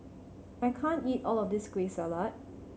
I can't eat all of this Kueh Salat